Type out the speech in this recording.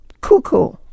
cuckoo